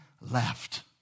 left